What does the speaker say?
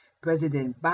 President